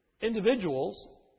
individuals